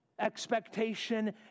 expectation